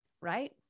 right